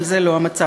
אבל זה לא המצב.